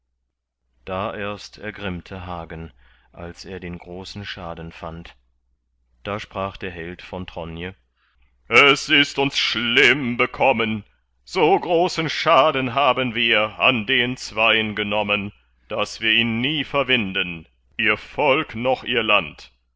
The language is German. da erst ergrimmte hagen als er den großen schaden fand da sprach der held von tronje es ist uns schlimm bekommen so großen schaden haben wir an den zwein genommen daß wir ihn nie verwinden ihr volk noch ihr land